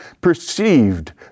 perceived